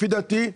לפי דעתי,